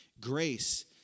grace